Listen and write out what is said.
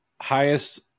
Highest